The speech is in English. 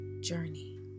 journey